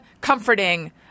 comforting